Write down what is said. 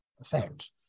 effect